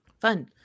Fun